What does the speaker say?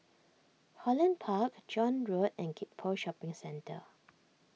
Holland Park John Road and Gek Poh Shopping Centre